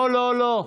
לא לא לא.